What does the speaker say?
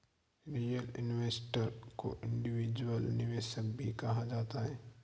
retail investor को individual निवेशक भी कहा जाता है